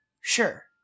sure